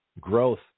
growth